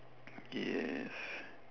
yes